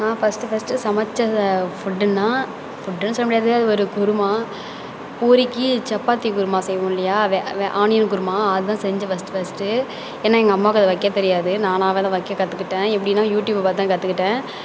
நான் first first சமைச்சத ஃபுட்டுனால் ஃபுட்னு சொல்லமுடியாது அது ஒரு குருமா பூரிக்கு சப்பாத்தி குருமா செய்வோம் இல்லையா வே வே ஆனியன் குருமா அதுதான் செஞ்சேன் ஃபஸ்டு ஃபஸ்டு ஏன்னால் எங்கள் அம்மாவுக்கு அதை வைக்கத்தெரியாது நானாகவே அதை வைக்க கற்றுக்கிட்டேன் எப்படினா யூடியூப்பை பார்த்து தான் கற்றுக்கிட்டேன்